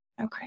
Okay